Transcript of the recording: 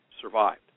survived